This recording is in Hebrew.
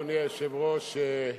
אדוני היושב-ראש,